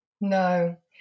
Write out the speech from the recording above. No